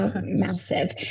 massive